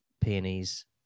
peonies